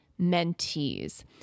mentees